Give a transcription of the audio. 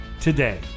today